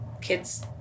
kids